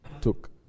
took